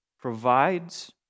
provides